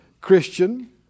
Christian